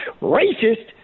racist